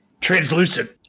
Translucent